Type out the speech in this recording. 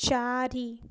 ଚାରି